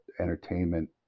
entertainment